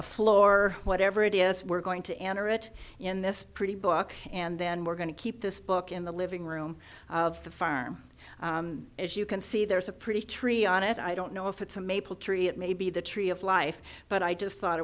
a floor whatever it is we're going to enter it in this pretty book and then we're going to keep this book in the living room of the farm as you can see there's a pretty tree on it i don't know if it's a maple tree it may be the tree of life but i just thought